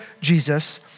Jesus